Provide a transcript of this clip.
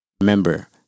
Remember